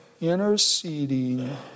interceding